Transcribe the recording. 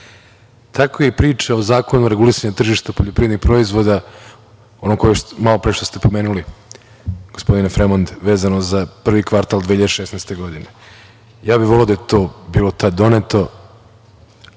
Tako i priče o Zakonu o regulisanju tržišta poljoprivrednih proizvoda, ono malopre što ste pomenuli, gospodine Fremond, vezano za prvi kvartal 2016. godine. Voleo bih da je to bilo tad doneto.